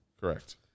Correct